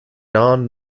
non